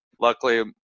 Luckily